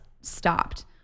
stopped